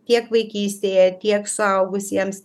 tiek vaikystėje tiek suaugusiems